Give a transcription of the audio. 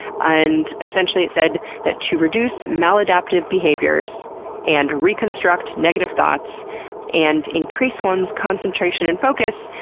and essentially it said that to reduce maladaptive behaviors and reconstruct negative thoughts and increase one's concentration and focus,